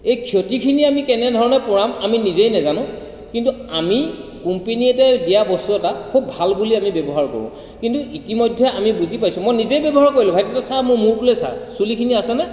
এই ক্ষতিখিনি আমি কেনেধৰণে পূৰাম আমি নিজেই নাজানো কিন্তু আমি কোম্পানী এটাই দিয়া বস্তু এটা খুব ভাল বুলি আমি ব্যৱহাৰ কৰো কিন্তু ইতিমধ্যে আমি বুজি পাইছো মই নিজেই ব্যৱহাৰ কৰিলো ভাইটি তই চা মোৰ মূৰটোলৈ চা চুলিখিনি আছেনে